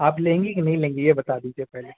आप लेंगी कि नहीं लेंगी यह बता दीजिए पहले